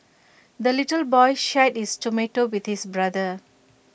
the little boy shared his tomato with his brother